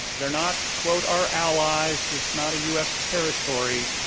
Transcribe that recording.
they're not quote, our allies, it's not a us territory,